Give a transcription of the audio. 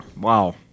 wow